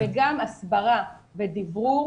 וגם הסברה ודברור.